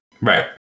Right